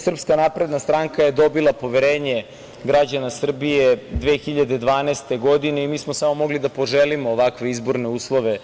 Srpska napredna stranka je dobila poverenje građana Srbije 2012. godine i mi smo samo mogli da poželimo ovakve izborne uslove